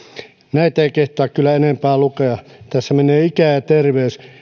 näitä ei kehtaa kyllä enempää lukea tässä menee ikä ja terveys